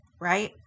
right